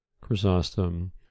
Chrysostom